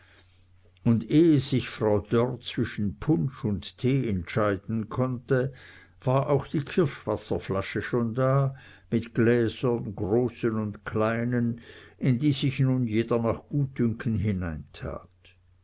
und ehe sich frau dörr zwischen punsch und tee entscheiden konnte war auch die kirschwasserflasche schon da mit gläsern großen und kleinen in die sich nun jeder nach gutdünken hineintat